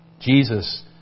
Jesus